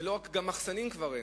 גם מחסנים כבר אין.